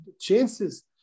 chances